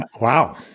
wow